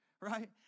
Right